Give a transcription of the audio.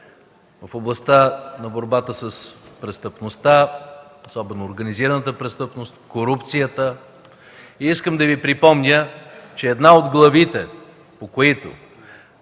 в областта на борбата с престъпността, особено организираната престъпност, корупцията. Искам да Ви припомня, че една от главите, по които